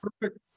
Perfect